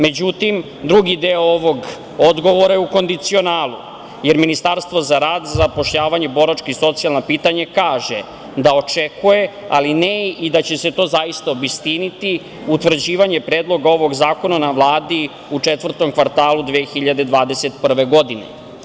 Međutim, drugi deo ovog odgovora je u kondicionalu, jer Ministarstvo za rad, zapošljavanje, boračka i socijalna pitanje kaže - da očekuje, ali ne i da će se to zaista obistiniti, utvrđivanje Predloga ovog zakona na Vladi u četvrtom kvartalu 2021. godine.